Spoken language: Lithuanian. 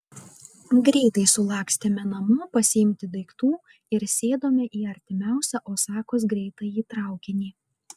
greitai sulakstėme namo pasiimti daiktų ir sėdome į artimiausią osakos greitąjį traukinį